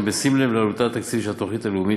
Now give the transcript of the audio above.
וכן בשים לב לעלותה התקציבית של התוכנית הלאומית,